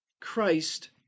Christ